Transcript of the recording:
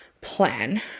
plan